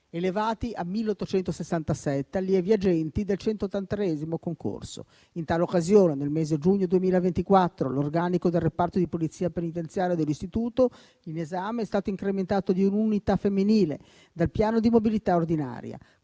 elevati a 1.867 allievi agenti del 183° concorso. In tale occasione, nel mese di giugno 2024, l'organico del reparto di Polizia penitenziaria dell'istituto in esame è stato incrementato di un'unità femminile dal piano di mobilità ordinaria.